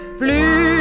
plus